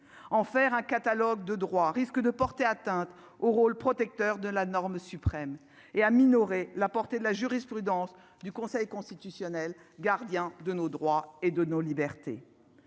en faire un catalogue de droits, risque de porter atteinte au rôle protecteur de la norme suprême et à minorer la portée de la jurisprudence du Conseil constitutionnel, gardien de nos droits et de nos libertés